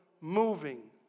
moving